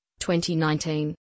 2019